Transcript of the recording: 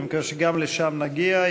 אני מקווה שגם לשם נגיע.